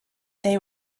they